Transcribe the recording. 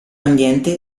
ambiente